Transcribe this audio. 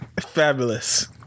Fabulous